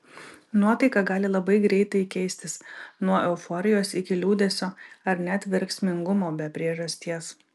nuotaika gali labai greitai keistis nuo euforijos iki liūdesio ar net verksmingumo be priežasties